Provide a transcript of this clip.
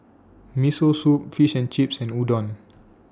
Miso Soup Fish and Chips and Udon